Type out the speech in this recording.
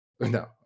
No